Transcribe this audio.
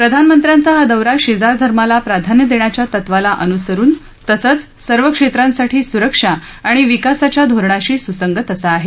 प्रधानमंत्र्यांचा हा दौरा शेजारधर्माला प्राधान्य देण्याच्या तत्वाला अनुसरून तसंच सर्व क्षेत्रांसाठी सुरक्षा आणि विकासाच्या धोरणाशी सुसंगत असा आहे